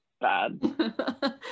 bad